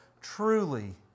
truly